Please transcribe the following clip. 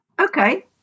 Okay